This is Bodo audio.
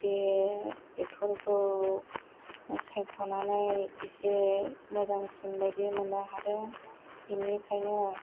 बे एकटर खाै सायख'नानै एसे मोजांसिन बादि मोननो हादों बिनिखायनो